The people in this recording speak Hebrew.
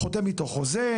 חותם איתו חוזה,